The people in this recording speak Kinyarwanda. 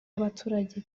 y’abaturage